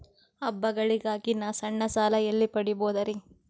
ಹಬ್ಬಗಳಿಗಾಗಿ ನಾ ಸಣ್ಣ ಸಾಲ ಎಲ್ಲಿ ಪಡಿಬೋದರಿ?